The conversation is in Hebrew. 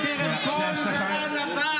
אתה לא מתבייש?